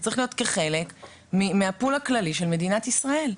זה צריך להיות חלק מהפול הכללי של מדינת ישראל.